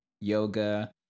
yoga